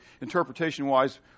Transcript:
interpretation-wise